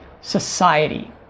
society